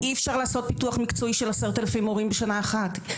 אי-אפשר לעשות פיתוח מקצועי של 10,000 מורים בשנה אחת,